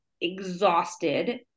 exhausted